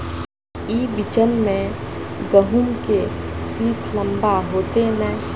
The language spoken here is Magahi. ई बिचन में गहुम के सीस लम्बा होते नय?